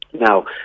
Now